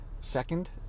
second